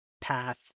path